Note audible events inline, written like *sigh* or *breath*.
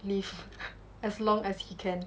live *breath* long as he can